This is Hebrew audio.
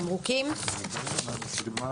נקריא את הצו ונסביר בדיוק אילו הוראות הוספנו